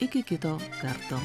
iki kito karto